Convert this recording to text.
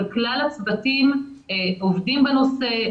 אבל כלל הצוותים עובדים בנושא,